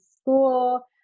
school